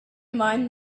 mind